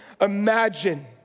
imagine